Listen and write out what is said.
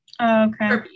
Okay